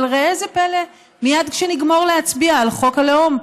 אבל ראה זה פלא: מייד כשנגמור להצביע על חוק הלאום,